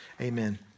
amen